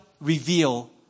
reveal